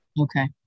Okay